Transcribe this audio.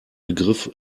begriff